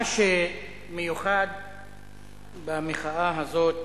מה שמיוחד במחאה הזאת,